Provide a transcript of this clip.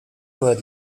were